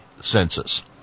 census